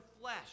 flesh